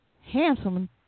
handsome